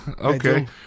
Okay